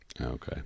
Okay